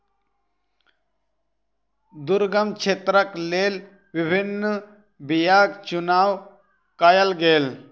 दुर्गम क्षेत्रक लेल विभिन्न बीयाक चुनाव कयल गेल